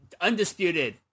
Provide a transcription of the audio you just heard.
undisputed